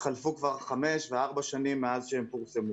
וחלפו כבר חמש שנים וארבע שנים מאז שהם פורסמו.